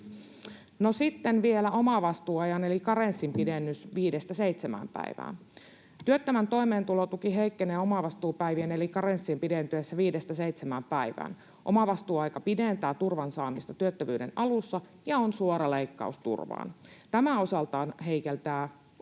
Sitten vielä omavastuuajan eli karenssin pidennys 5:stä 7 päivään: Työttömän toimeentulotuki heikkenee omavastuupäivien eli karenssin pidentyessä 5:stä 7 päivään. Omavastuuaika pidentää turvan saamista työttömyyden alussa ja on suora leikkaus turvaan. Tämä osaltaan heikentää lomautuksen